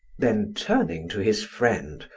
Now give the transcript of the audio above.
then turning to his friend,